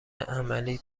عملی